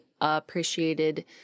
appreciated